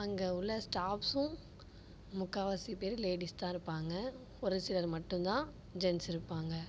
அங்கே உள்ள ஸ்டாஃப்ஸெம் முக்கால்வாசி பேர் லேடிஸ்தான் இருப்பாங்க ஒரு சிலர் மட்டும்தான் ஜென்ஸ் இருப்பாங்க